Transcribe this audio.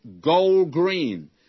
gold-green